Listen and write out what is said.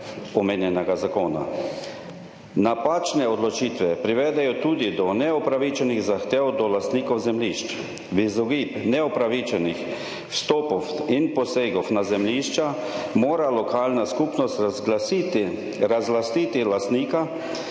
omenjenega zakona. Napačne odločitve privedejo tudi do neupravičenih zahtev do lastnikov zemljišč. V izogib neupravičenih vstopov in posegov na zemljišča mora lokalna skupnost razglasiti razlastiti